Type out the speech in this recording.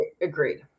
Agreed